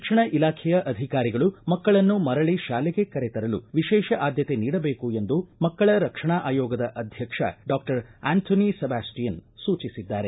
ಶಿಕ್ಷಣ ಇಲಾಖೆಯ ಅಧಿಕಾರಿಗಳು ಮಕ್ಕಳನ್ನು ಮರಳ ಶಾಲೆಗೆ ಕರೆ ತರಲು ವಿಶೇಷ ಆದ್ಯತೆ ನೀಡಬೇಕು ಎಂದು ಮಕ್ಕಳ ರಕ್ಷಣಾ ಆಯೋಗದ ಅಧ್ಯಕ್ಷ ಡಾಕ್ಟರ್ ಆಂಟನಿ ಸೆಬಾಸ್ಟಿಯನ್ ಸೂಚಿಸಿದ್ದಾರೆ